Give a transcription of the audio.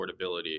affordability